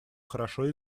хорошо